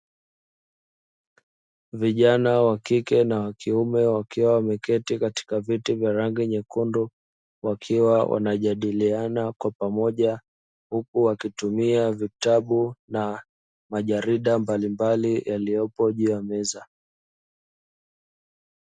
Vijana wakike na wakiume wakiwa wameketi katika viti nyekundu, wakiwa wanajadiliana kwa pamoja huku wakitumia vitabu na majarida mbalimbali yaliyopo juu ya meza.